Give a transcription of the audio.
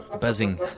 buzzing